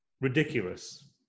Ridiculous